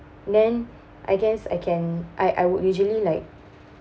then I guess I can I I would usually like